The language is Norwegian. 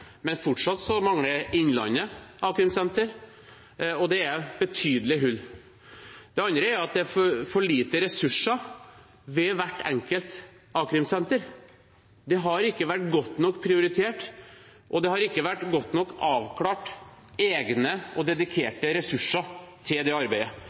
men fortsatt mangler Innlandet a-krimsenter, og det er betydelige hull. Det andre er at det er for lite ressurser ved hvert enkelt a-krimsenter. Det har ikke vært godt nok prioritert, og det har ikke vært godt nok avklart egne og dedikerte ressurser til det arbeidet.